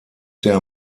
der